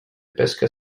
pesca